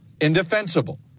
indefensible